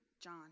John